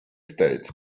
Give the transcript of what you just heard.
stayed